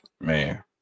Man